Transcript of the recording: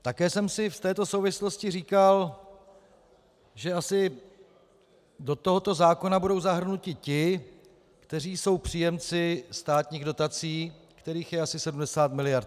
Také jsem si v této souvislosti říkal, že asi do tohoto zákona budou zahrnuti ti, kteří jsou příjemci státních dotací, kterých je asi 70 miliard.